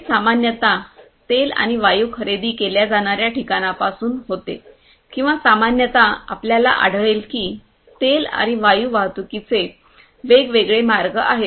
ते सामान्यत तेल आणि वायू खरेदी केल्या जाणा या ठिकाणापासून होते किंवा सामान्यत आपल्याला आढळेल की तेल आणि वायू वाहतुकीचे वेगवेगळे मार्ग आहेत